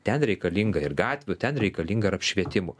ten reikalinga ir gatvių ten reikalinga ir apšvietimų